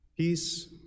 Peace